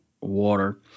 water